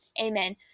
Amen